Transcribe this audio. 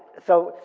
so,